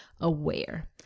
aware